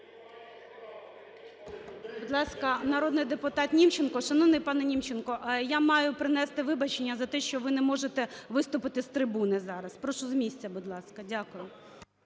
Будь ласка, народний депутат Німченко. Шановний пане Німченко, я маю принести вибачення за те, що ви не можете виступити з трибуни зараз. Прошу з місця, будь ласка. Дякую.